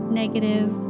negative